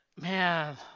man